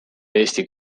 eesti